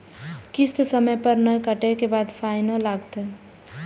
किस्त समय पर नय कटै के बाद फाइनो लिखते?